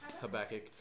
Habakkuk